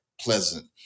pleasant